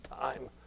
time